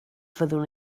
fyddwn